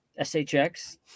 SHX